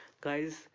Guys